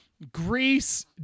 Greece